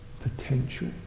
potential